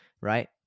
right